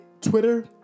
Twitter